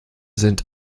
sind